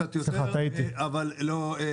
חשבנו שצריך קצת יותר אבל לא נענינו.